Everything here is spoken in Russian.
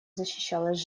защищалась